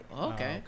okay